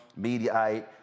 Mediaite